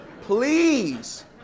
please